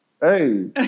Hey